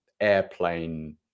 airplane